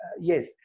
Yes